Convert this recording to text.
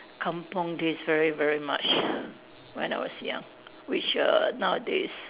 kampung days very very much when I was young which err nowadays